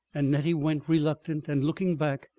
and nettie went, reluctant and looking back,